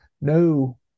No